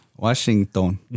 Washington